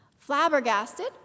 Flabbergasted